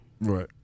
Right